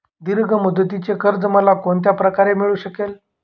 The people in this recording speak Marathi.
दीर्घ मुदतीचे कर्ज मला कोणत्या प्रकारे मिळू शकेल?